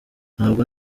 ntabwo